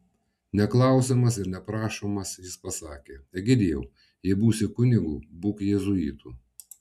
neklausiamas ir neprašomas jis pasakė egidijau jei būsi kunigu būk jėzuitu